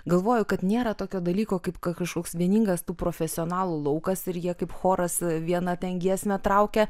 galvoju kad nėra tokio dalyko kaip kažkoks vieningas tų profesionalų laukas ir jie kaip choras vieną ten giesmę traukia